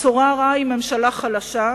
הבשורה הרעה היא, ממשלה חלשה.